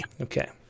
Okay